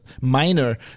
minor